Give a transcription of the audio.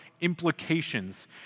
implications